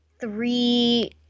three